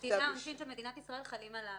שה --- הראשית של מדינת ישראל חלים על העבירה.